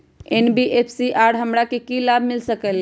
NBFC से हमार की की लाभ मिल सक?